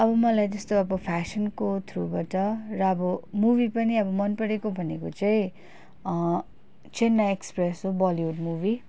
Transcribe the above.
अब मलाई त्यस्तो अब फेसनको थ्रुबाट र अब मुभी पनि अब मन परेको भनेको चाहिँ चेन्नई एक्सप्रेस हो बलिवुड मुभी